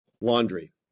laundry